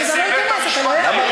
בהגדרת התפקיד.